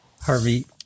Harvey